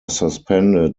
suspended